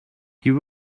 you